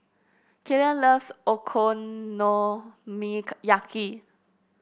Killian loves Okonomiyaki